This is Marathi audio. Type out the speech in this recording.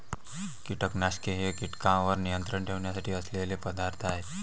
कीटकनाशके हे कीटकांवर नियंत्रण ठेवण्यासाठी असलेले पदार्थ आहेत